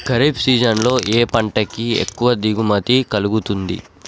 Kharif season లో ఏ పంట కి ఎక్కువ దిగుమతి కలుగుతుంది?